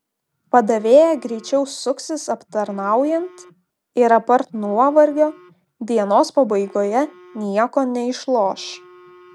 padavėja greičiau suksis aptarnaujant ir apart nuovargio dienos pabaigoje nieko neišloš